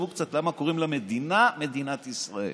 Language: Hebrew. תחשבו קצת למה קוראים למדינה "מדינת ישראל"